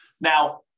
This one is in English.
Now